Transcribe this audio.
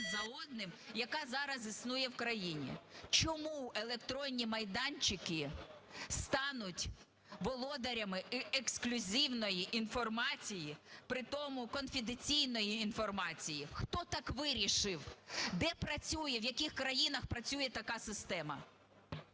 за одним, яка зараз існує в країні? Чому електронні майданчики стануть володарями ексклюзивної інформації, притому конфіденційної інформації? Хто так вирішив? Де працює, в яких країнах працює така система?